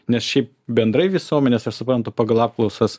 nes šiaip bendrai visuomenės aš suprantu pagal apklausas